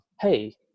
Hey